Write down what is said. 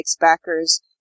backers